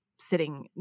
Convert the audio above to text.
sitting